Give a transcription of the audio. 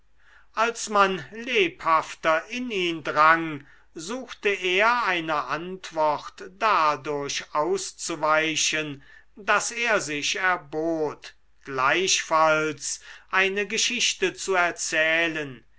als man lebhafter in ihn drang suchte er einer antwort dadurch auszuweichen daß er sich erbot gleichfalls eine geschichte zu erzählen